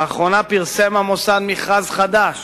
לאחרונה פרסם המוסד מכרז חדש